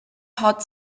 hot